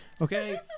okay